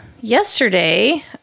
Yesterday